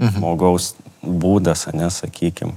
žmogaus būdas ane sakykim